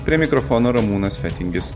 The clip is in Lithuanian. prie mikrofono ramūnas fetingis